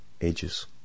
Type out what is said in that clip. ages